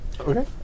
Okay